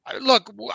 Look